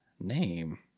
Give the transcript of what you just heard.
Name